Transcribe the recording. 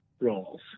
roles